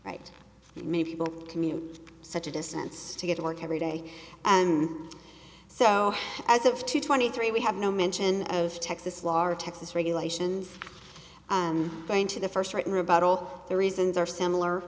right many people commute such a distance to get to work every day and so as of two twenty three we have no mention of texas law or texas regulations going to the first written or about all the reasons are similar